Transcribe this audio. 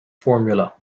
formula